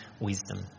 wisdom